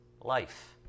life